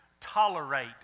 Tolerate